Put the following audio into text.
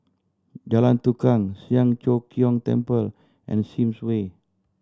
Jalan Tukang Siang Cho Keong Temple and Sims Way